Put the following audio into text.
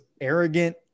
arrogant